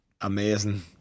Amazing